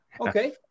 Okay